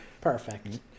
perfect